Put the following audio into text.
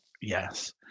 Yes